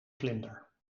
vlinder